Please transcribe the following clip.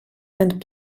and